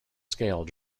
scale